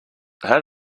how